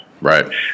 Right